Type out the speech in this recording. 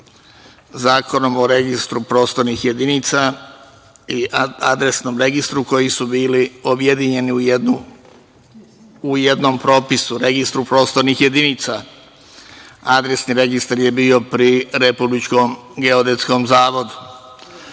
Zakonom o registru prostornih jedinica i Adresnom registru koji su bili objedinjeni u jednom propisu - Registru prostornih jedinica. Adresni registar je bio pri Registarskom geodetskom zavodu.U